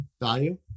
value